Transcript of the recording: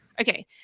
okay